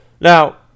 now